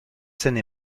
seine